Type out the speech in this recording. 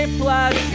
plus